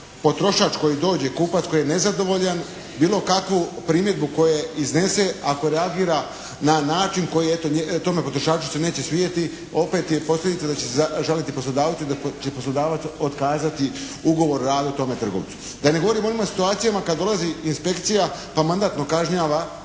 potrošač koji dođe, kupac koji je nezadovoljan bilo kakvu primjedbu koju iznese ako reagira na način koji eto tome potrošaču se neće svidjeti opet je posljedica da će se žaliti poslodavcu i da će poslodavac otkazati ugovor o radu tome trgovcu. Da ne govorim o onim situacijama kada dolazi inspekcija pa mandatno kažnjava